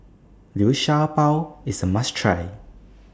Liu Sha Bao IS A must Try